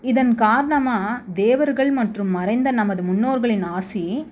இதன் காரணமாக தேவர்கள் மற்றும் மறைந்த நமது முன்னோர்களின் ஆசி